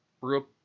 brew